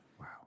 Wow